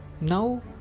now